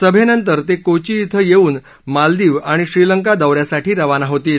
सभेनंतर ते कोची श्वे येऊन मालदीव आणि श्रीलंका दौ यासाठी रवाना होतील